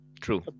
True